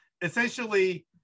essentially